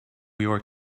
york